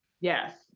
Yes